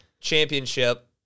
championship